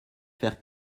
faire